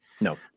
No